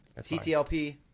TTLP